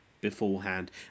beforehand